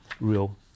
real